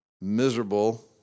Miserable